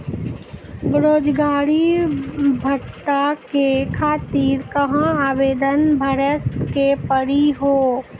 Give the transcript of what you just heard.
बेरोजगारी भत्ता के खातिर कहां आवेदन भरे के पड़ी हो?